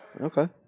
Okay